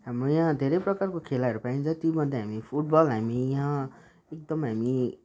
हाम्रो यहाँ धेरै प्रकारको खेलाहरू पाइन्छ तीम्ध्ये हामी फुटबल हामी यहाँ एकदम हामी